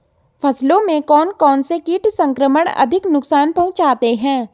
फसलों में कौन कौन से कीट संक्रमण अधिक नुकसान पहुंचाते हैं?